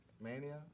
Mania